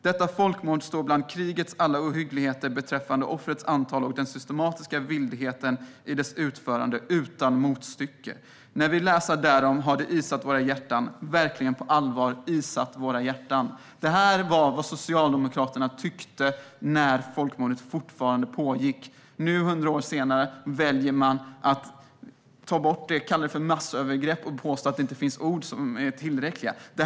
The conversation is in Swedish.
Detta folkmord står bland krigets alla ohyggligheter beträffande offrens antal och den systematiska vildheten i dess utförande utan motstycke. När vi läsa därom har det isat våra hjärtan, verkligen på allvar isat våra hjärtan". Det här tyckte Socialdemokraterna när folkmordet fortfarande pågick. Nu, 100 år senare, väljer man att kalla det för massövergrepp och påstå att det inte finns ord som är tillräckliga.